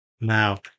Now